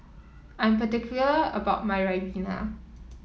I'm particular about my Ribena